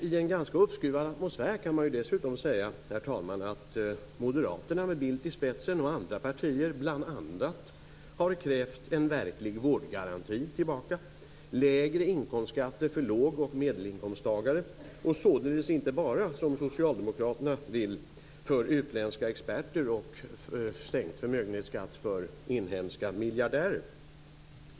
I en ganska uppskruvad atmosfär kan man dessutom säga, herr talman, att Moderaterna med Bildt i spetsen och andra partier bl.a. har krävt en verklig vårdgaranti tillbaka och lägre inkomstskatter för låg och medelinkomsttagare, och således inte bara som Socialdemokraterna vill sänkt skatt för utländska experter och sänkt förmögenhetsskatt för inhemska miljardärer.